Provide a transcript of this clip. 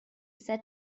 said